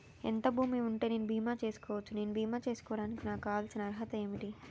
ఎంత భూమి ఉంటే నేను బీమా చేసుకోవచ్చు? నేను బీమా చేసుకోవడానికి నాకు కావాల్సిన అర్హత ఏంటిది?